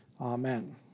Amen